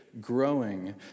growing